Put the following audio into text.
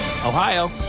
Ohio